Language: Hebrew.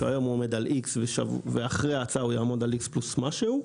שהיום הוא עומד על X ואחרי ההצעה הוא יעמוד עלX פלוס משהו,